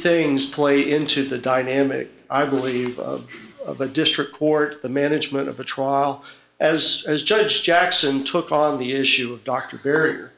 things play into the dynamic i believe of of a district court the management of a trial as as judge jackson took on the issue of dr baer